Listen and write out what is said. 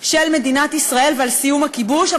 של מדינת ישראל ועל סיום הכיבוש.